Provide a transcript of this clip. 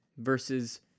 Versus